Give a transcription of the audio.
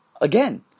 Again